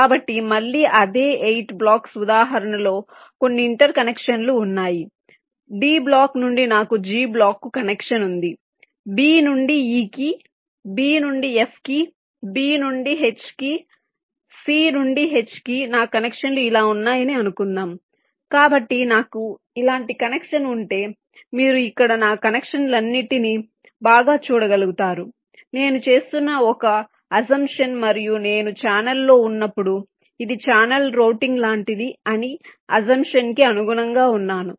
కాబట్టి మళ్ళీ అదే 8 బ్లాక్స్ ఉదాహరణ లో కొన్ని ఇంటర్ కనెక్షన్లు ఉన్నాయి D బ్లాక్ నుండి నాకు G బ్లాక్కు కనెక్షన్ ఉంది B నుండి E కి B నుండి F కి B నుండి H కి C నుండి H కి నా కనెక్షన్లు ఇలా ఉన్నాయని అనుకుందాం కాబట్టి నాకు ఇలాంటి కనెక్షన్ ఉంటే మీరు ఇక్కడ నా కనెక్షన్లన్నింటినీ బాగా చూడగలుగుతారు నేను చేస్తున్న ఒక అస్సంప్షన్ మరియు నేను ఛానెల్లో ఉన్నప్పుడు ఇది ఛానల్ రౌటింగ్ లాంటిది అనే అస్సంప్షన్ కి అనుగుణంగా ఉన్నాను